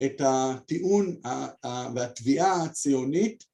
‫את הטיעון והתביעה הציונית